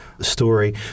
story